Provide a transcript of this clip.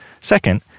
Second